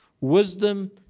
Wisdom